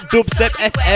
Dubstep